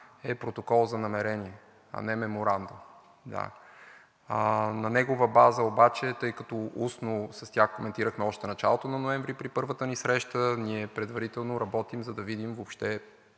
е протокол за намерение, а не меморандум. На негова база обаче, тъй като устно с тях коментирахме още в началото на ноември при първата ни среща, ние предварително работим, за да видим въобще